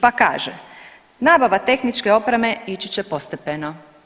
Pa kaže, nabava tehničke opreme ići će postepeno.